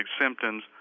symptoms